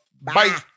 Bye